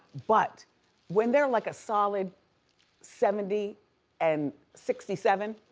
but when they're like a solid seventy and sixty seven,